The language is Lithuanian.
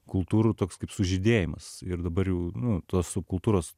kultūrų toks kaip sužydėjimas ir dabar jau nu tos subkultūros